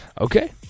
Okay